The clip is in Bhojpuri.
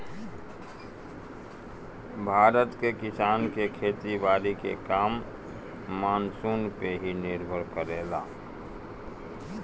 भारत के किसान के खेती बारी के काम मानसून पे ही निर्भर करेला